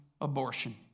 abortion